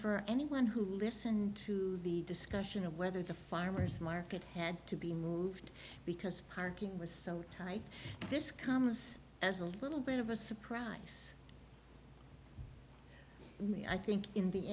for anyone who listened to the discussion of whether the farmer's market had to be moved because parking was so tight this comes as a little bit of a surprise me i think in the